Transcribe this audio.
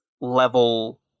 level